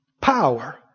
Power